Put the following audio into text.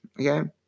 okay